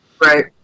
Right